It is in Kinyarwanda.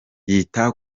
yita